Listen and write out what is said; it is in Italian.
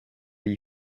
gli